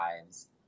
lives